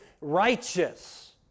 righteous